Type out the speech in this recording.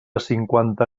cinquanta